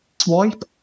swipe